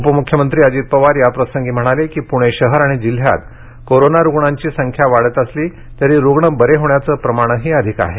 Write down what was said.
उपमुख्यमंत्री अजित पवार याप्रसंगी म्हणाले पुणे शहर आणि जिल्हयात कोरोना रुग्णांची संख्या वाढत असली तरी रुग्ण बरे होण्याचे प्रमाणही अधिक आहे